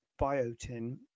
biotin